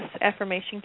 Affirmation